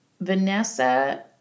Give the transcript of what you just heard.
Vanessa